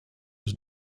was